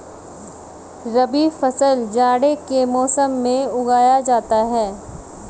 रबी फसल जाड़े के मौसम में उगाया जाता है